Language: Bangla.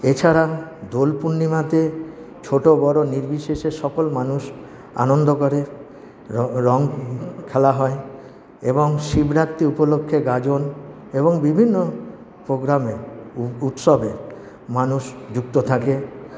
এছাড়া দোল পূর্ণিমাতে ছোট বড় নির্বিশেষে সকল মানুষ আনন্দ করে র রঙ খেলা হয় এবং শিবরাত্রি উপলক্ষে গাজন এবং বিভিন্ন প্রোগ্রামে উৎসবে মানুষ যুক্ত থাকে